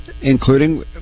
including